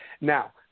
Now